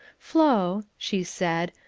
flo, she said,